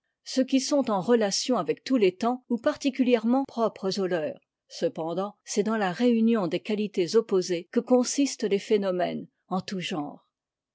ceux qui sont en relation avec tous les temps ou particulièrement propres au leur cependant c'est dans la réunion des qualités opposées que consistent les phénomènes en tout genre